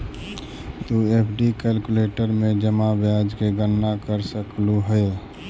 तु FD calculator में जमा ब्याज की गणना कर सकलू हे